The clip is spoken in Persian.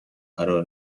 قرار